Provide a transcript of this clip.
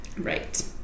Right